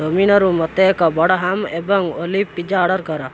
ଡୋମିନୋରୁ ମୋତେ ଏକ ବଡ଼ ହାମ୍ ଏବଂ ଓଲିଭ୍ ପିଜ୍ଜା ଅର୍ଡ଼ର୍ କର